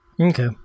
Okay